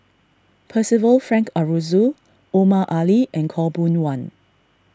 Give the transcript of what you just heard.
Percival Frank Aroozoo Omar Ali and Khaw Boon Wan